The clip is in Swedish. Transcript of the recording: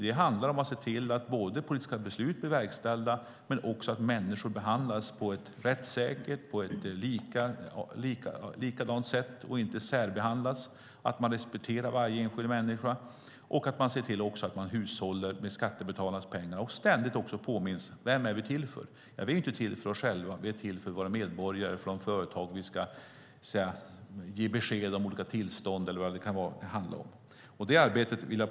Det handlar om att verkställa politiska beslut, att behandla människor på ett rättssäkert och likvärdigt sätt och inte särbehandla, att respektera varje enskild människa och att hushålla med skattebetalarnas pengar. Vi måste ständigt påminnas om vem vi är till för. Vi är inte till för oss själva, utan vi är till för medborgarna och för de företag vi ska ge besked till om olika tillstånd och så vidare.